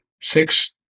six